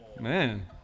Man